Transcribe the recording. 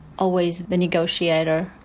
always the negotiator,